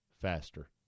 faster